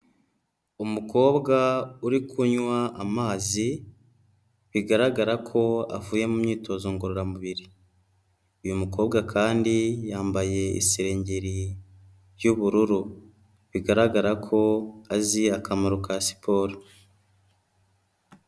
Umukobwa uri kunywa amazi, bigaragara ko avuye mu myitozo ngororamubiri, uyu mukobwa kandi yambaye isengeri y'ubururu, bigaragara ko azi akamaro ka siporo.